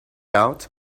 out